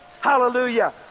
Hallelujah